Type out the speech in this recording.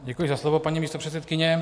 Děkuji za slovo, paní místopředsedkyně.